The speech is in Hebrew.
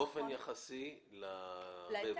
באופן יחסי לרווח.